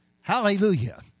Hallelujah